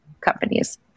companies